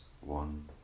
one